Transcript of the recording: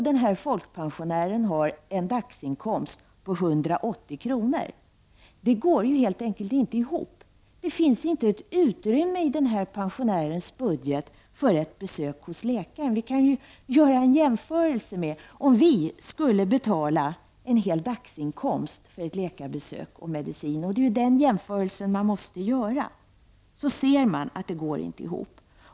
Den här folkpensionären har alltså en dagsinkomst om 180 kr. Detta går helt enkelt inte ihop. Det finns inte något utrymme i pensionärens budget för ett besök hos läkaren. Tänk bara om vi skulle få betala en hel dagsinkomst för ett läkarbesök och medicin! Den jämförelsen måste man göra, och då ser man att det inte går ihop.